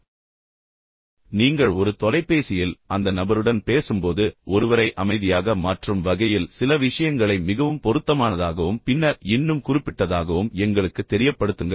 எனவே நீங்கள் ஒரு தொலைபேசியில் அந்த நபருடன் பேசும்போது ஒருவரை அமைதியாக மாற்றும் வகையில் சில விஷயங்களை மிகவும் பொருத்தமானதாகவும் பின்னர் இன்னும் குறிப்பிட்டதாகவும் எங்களுக்குத் தெரியப்படுத்துங்கள்